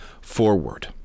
forward